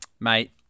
Mate